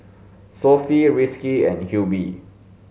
Sofea Rizqi and Hilmi